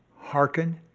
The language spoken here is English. hearken,